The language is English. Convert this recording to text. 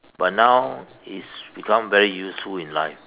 but now it's become very useful in life